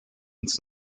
ins